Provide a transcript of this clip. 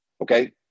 Okay